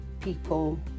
people